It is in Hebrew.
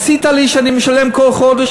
עשית לי שאני משלם כל חודש,